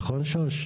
נכון שוש?